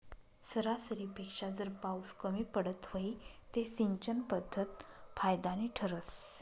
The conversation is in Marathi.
सरासरीपेक्षा जर पाउस कमी पडत व्हई ते सिंचन पध्दत फायदानी ठरस